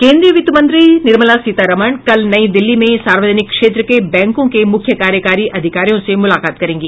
केन्द्रीय वित्तमंत्री निर्मला सीतारमण कल नई दिल्ली में सार्वजनिक क्षेत्र के बैंकों के मुख्य कार्यकारी अधिकारियों से मुलाकात करेंगी